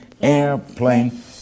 airplane